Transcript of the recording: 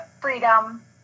freedom